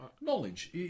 Knowledge